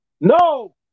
No